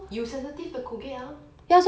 有 sensitive 的 colgate ah